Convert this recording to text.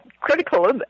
critical